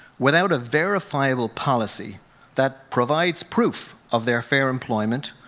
without a verifiable policy that provides proof of their fair employment,